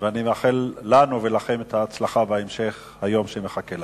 ואני מאחל לנו ולכן הצלחה בהמשך היום שמחכה לנו.